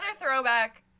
throwback